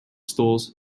stores